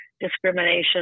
discrimination